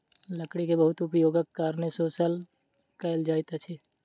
लकड़ी के बहुत उपयोगक कारणें शोषण कयल जाइत अछि